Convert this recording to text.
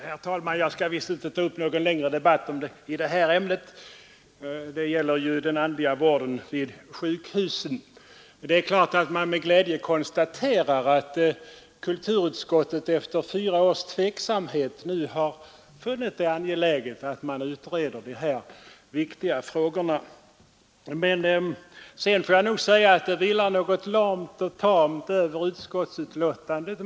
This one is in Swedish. Herr talman! Jag skall inte dra upp någon längre debatt om den andliga vården vid sjukhusen. Det är klart att man med glädje konstaterar att kulturutskottet efter fyra års tveksamhet nu har funnit det angeläget att utreda dessa viktiga frågor. Men det vilar något lamt och tamt över utskottets betänkande.